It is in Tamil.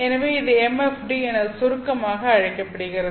எனவே இது MFD என சுருக்கமாக அழைக்கப்படுகிறது